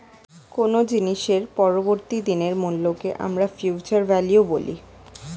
কোনো জিনিসের পরবর্তী দিনের মূল্যকে আমরা ফিউচার ভ্যালু বলি